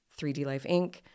3dlifeinc